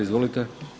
Izvolite.